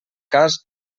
cas